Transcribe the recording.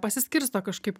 pasiskirsto kažkaip